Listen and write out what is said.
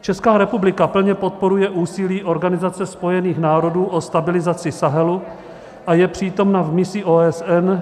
Česká republika plně podporuje úsilí Organizace spojených národů o stabilizaci Sahelu a je přítomna v misi OSN